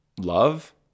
Love